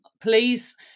please